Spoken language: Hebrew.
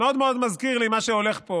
מאוד מאוד מזכיר לי מה שהולך פה